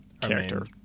character